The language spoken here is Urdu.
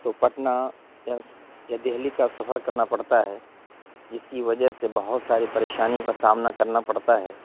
تو پٹنہ یا یا دہلی کا سفر کرنا پڑتا ہے جس کی وجہ سے بہت ساری پریشانیوں کا سامنا کرنا پڑتا ہے